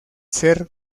ser